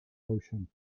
ocean